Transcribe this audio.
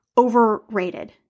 overrated